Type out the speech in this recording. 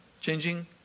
changing